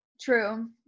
True